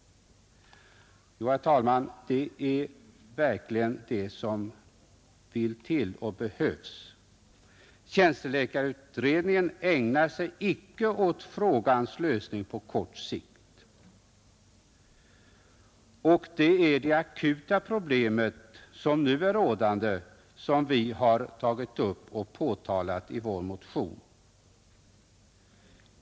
Jo, herr talman, det är verkligen vad som behövs. Läkartjänstutredningen ägnar sig inte åt frågans lösning på kort sikt, medan det är det nuvarande akuta problemet som vi har tagit upp i vår motion.